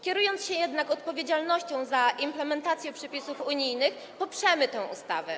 Kierując się jednak poczuciem odpowiedzialności za implementację przepisów unijnych, poprzemy tę ustawę.